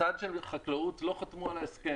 בצד של החקלאות לא חתמו על ההסכם.